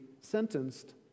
sentenced